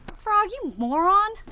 frog, you moron.